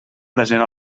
present